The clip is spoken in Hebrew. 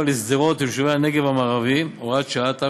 לשדרות וליישובי הנגב המערבי (הוראת שעה),